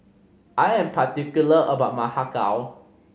I am particular about my Har Kow